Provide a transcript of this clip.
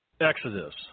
Exodus